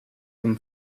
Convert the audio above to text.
him